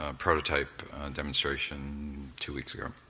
ah prototype demonstration two weeks ago.